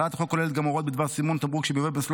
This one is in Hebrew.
הצעת החוק כוללת גם הוראות בדבר סימון תמרוק שמיובא במסלול